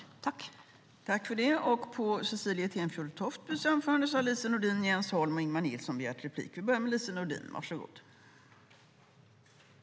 I detta anförande instämde Hans Rothenberg och Boriana Åberg .